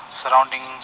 surrounding